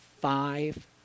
Five